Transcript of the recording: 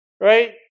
right